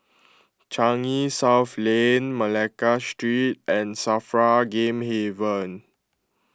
Changi South Lane Malacca Street and Safra Game Haven